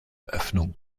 öffnung